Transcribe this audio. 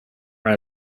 are